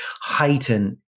heighten